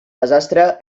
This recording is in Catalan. desastre